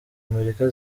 amerika